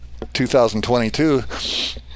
2022